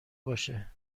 باشه